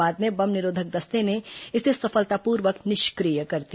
बाद में बम निरोधक दस्ते ने इसे सफलतापूर्वक निष्क्रिय कर दिया